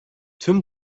tüm